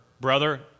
brother